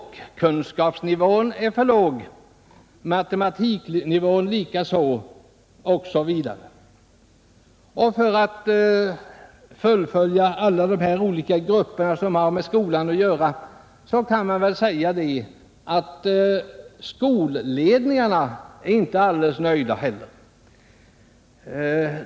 Kunskapsnivån när det gäller språk och matematik är för låg osv. För att fullfölja denna uppräkning av de olika grupper som har med skolan att göra kan jag nämna att skolledningarna inte är alldeles nöjda de heller.